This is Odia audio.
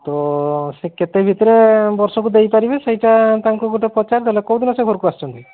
ତ ସେ କେତେ ଭିତରେ ବର୍ଷକୁ ଦେଇପାରିବେ ସେଇଟା ତାଙ୍କୁ ଗୋଟିଏ ପଚାରିଦେଲେ କେଉଁଦିନ ସେ ଘରକୁ ଆସୁଛନ୍ତି